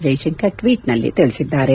ಜೈಶಂಕರ್ ಟ್ವೀಟ್ನಲ್ಲಿ ತಿಳಿಸಿದ್ದಾರೆ